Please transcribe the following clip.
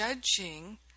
judging